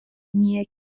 علمی